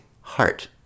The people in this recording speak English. heart